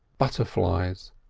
butterflies,